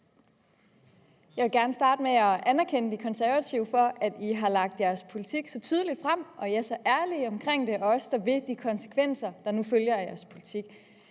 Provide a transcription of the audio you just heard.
Jeg vil gerne starte med at rose De Konservative for, at de har lagt deres politik tydeligt frem og er så ærlige omkring det – også om, hvilke konsekvenser der følger af den politik.